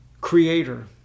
Creator